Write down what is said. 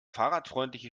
fahrradfreundliche